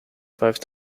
five